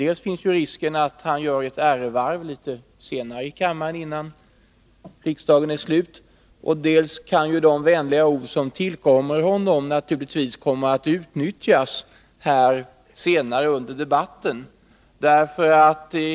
Dels finns ju risken att han så småningom gör ett ärevarv i kammaren innan riksmötet är slut, dels kan de vänliga ord som tillkommer honom senare komma att utnyttjas under debatten.